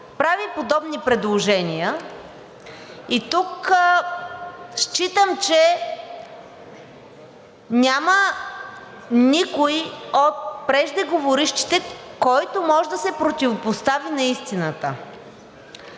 прави подобни предложения, и тук считам, че няма никой от преждеговорившите, който може да се противопостави на истината,